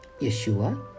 Yeshua